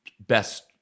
best